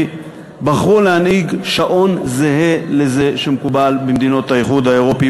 בחרו להנהיג שעון זהה לזה שמקובל במדינות האיחוד האירופי,